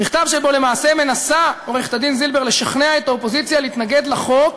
מכתב שבו למעשה מנסה עורכת-הדין זילבר לשכנע את האופוזיציה להתנגד לחוק,